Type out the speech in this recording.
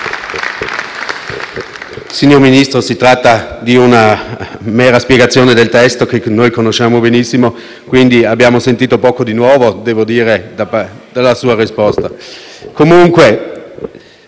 Signor Ministro, la sua è stata una mera spiegazione del testo che conosciamo benissimo. Abbiamo sentito poco di nuovo, devo dire, nella sua risposta. Comunque